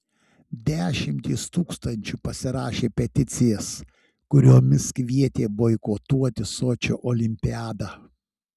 dešimtys tūkstančių pasirašė peticijas kuriomis kvietė boikotuoti sočio olimpiadą